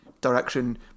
direction